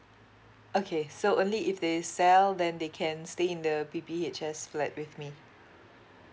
okay so only if they sell then they can stay in the P P H S flat with me